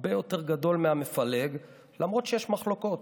הרבה יותר גדול מהמפלג, למרות שיש מחלוקות.